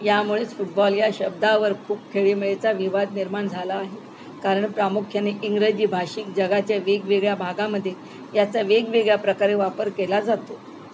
यामुळेच फुटबॉल या शब्दावर खूप खेळीमेळीचा विवाद निर्माण झाला आहे कारण प्रामुख्याने इंग्रजी भाषिक जगाच्या वेगवेगळ्या भागामध्ये याचा वेगवेगळ्या प्रकारे वापर केला जातो